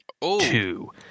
two